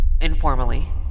informally